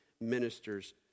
ministers